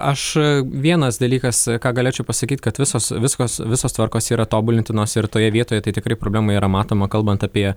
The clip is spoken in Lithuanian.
aš vienas dalykas ką galėčiau pasakyt kad visos viskas visos tvarkos yra tobulintinos ir toje vietoje tai tikrai problema yra matoma kalbant apie